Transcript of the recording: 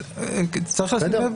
אז צריך לשים לב.